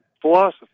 philosophy